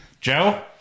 Joe